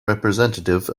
representative